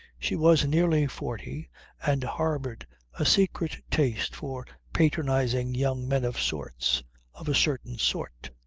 she was nearly forty and harboured a secret taste for patronizing young men of sorts of a certain sort.